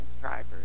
drivers